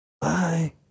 Bye